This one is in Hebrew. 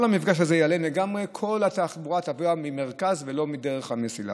כל המפגש הזה ייעלם לגמרי וכל התחבורה תנוע מהמרכז ולא מדרך המסילה.